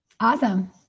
Awesome